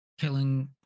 Killing